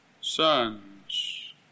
sons